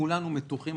כולנו מתוחים,